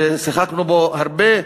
ששיחקנו בו הרבה,